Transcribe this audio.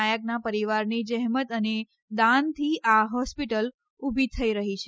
નાયકના પરિવારની જજેમત અને દાનથી આ હોસ્પિટલ ઊભી થઈ રહી છે